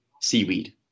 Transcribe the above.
seaweed